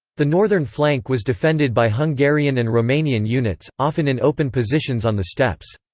the northern flank was defended by hungarian and romanian units, often in open positions on the steppes.